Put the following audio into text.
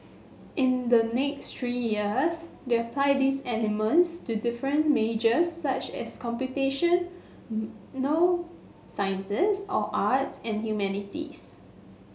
in the next three years they apply these elements to different majors such as computation sciences or arts and humanities